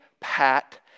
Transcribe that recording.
pat